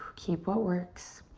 keep what works.